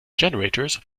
generators